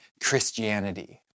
Christianity